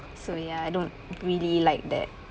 so ya I don't really like that